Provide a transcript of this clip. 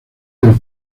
del